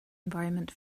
environment